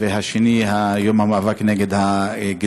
והשני הוא יום המאבק בגזענות.